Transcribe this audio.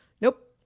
Nope